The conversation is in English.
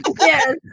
Yes